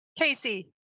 Casey